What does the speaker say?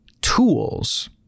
tools